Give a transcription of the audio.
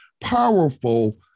powerful